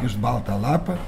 iš balto lapo